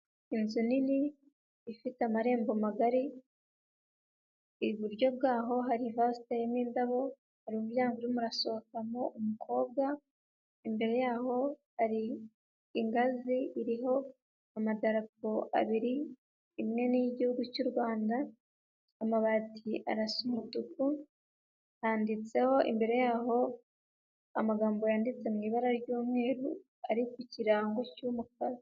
Inzu nini ifite amarembo magari, iburyo bwaho hari vaze iteyemo indabo, hari umuryango urimo urasohokamo umukobwa, imbere yaho ari ingazi iriho amadapo abiri, imwe ni iy'igihugu cy'u Rwanda, amabati arasa umutuku, handitseho imbere y'aho amagambo yanditse mu ibara ry'umweru, ari ku kirango cy'umukara.